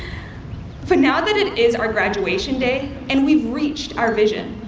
but now that it is our graduation day and we've reached our vision,